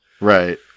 Right